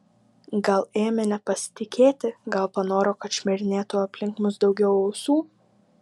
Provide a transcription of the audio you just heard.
gal ėmė nepasitikėti gal panoro kad šmirinėtų aplink mus daugiau ausų